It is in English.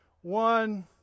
one